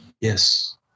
Yes